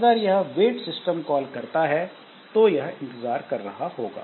अगर यह wait system call करता है तो यह इंतजार कर रहा होगा